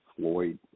floyd